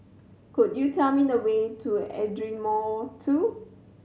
could you tell me the way to Ardmore Two